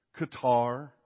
Qatar